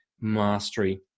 Mastery